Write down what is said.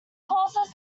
causes